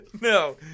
no